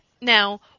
Now